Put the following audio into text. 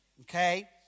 Okay